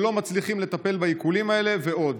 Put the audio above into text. שלא מצליחים לטפל בעיקולים האלה, ועוד.